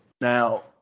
Now